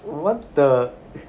what the